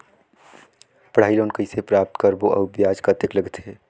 पढ़ाई लोन कइसे प्राप्त करबो अउ ब्याज कतेक लगथे?